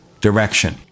direction